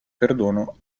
perdono